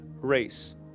race